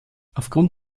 aufgrund